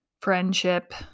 friendship